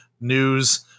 news